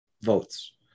votes